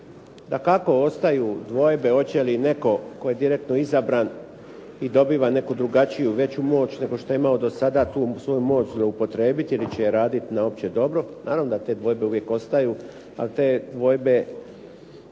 Dakako, ostaju dvojbe hoće li netko tko je direktno izabran i dobiva neku drugačiju veću moć nego što je imao do sada tu svoju moć zloupotrijebiti ili će raditi na opće dobro. Naravno da te dvojbe uvijek ostaju ali te dvojbe